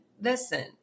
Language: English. listen